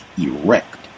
erect